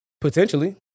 potentially